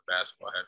basketball